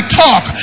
talk